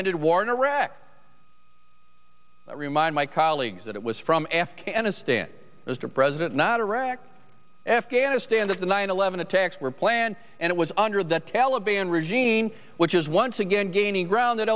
ended war in iraq remind my colleagues that it was from afghanistan as the president not direct afghanistan that the nine eleven attacks were planned and it was under the taliban regime which is once again gaining ground that